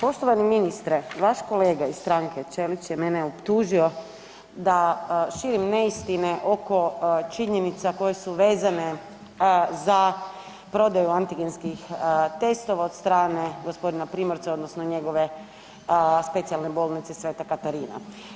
Poštovani ministre, vaš kolega iz stranke Ćelić je mene optužio da širim neistine oko činjenica koje su vezane za prodaju antigenskih testova od strane gospodina Primorca, odnosno njegove Specijalne bolnice sv. Katarina.